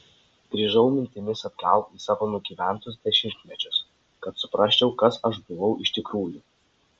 grįžau mintimis atgal į savo nugyventus dešimtmečius kad suprasčiau kas aš buvau iš tikrųjų